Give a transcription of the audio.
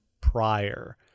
prior—